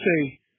say